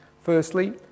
Firstly